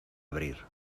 abrir